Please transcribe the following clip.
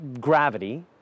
gravity